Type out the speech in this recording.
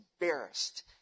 embarrassed